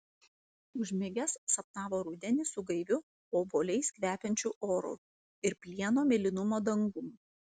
užmigęs sapnavo rudenį su gaiviu obuoliais kvepiančiu oru ir plieno mėlynumo dangum